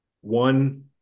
one